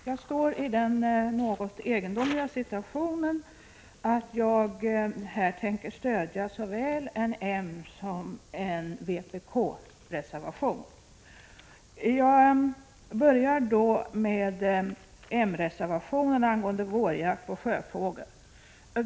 Herr talman! Jag befinner mig i den egendomliga situationen att jag här tänker stödja såväl en msom en vpk-reservation. Jag börjar med mreservationen angående vårjakt på sjöfågel.